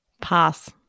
Pass